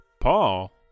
Paul